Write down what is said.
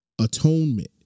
atonement